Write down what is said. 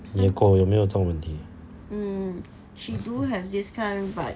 你狗有没有这种问题